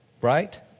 right